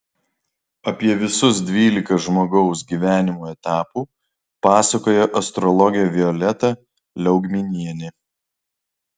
apie visus dvylika žmogaus gyvenimo etapų pasakoja astrologė violeta liaugminienė